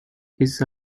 his